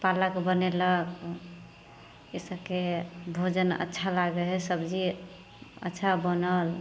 पालक बनेलक ई सबके भोजन अच्छा लागै हइ सब्जी अच्छा बनल